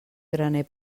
graner